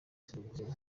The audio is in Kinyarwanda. televiziyo